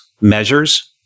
measures